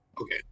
Okay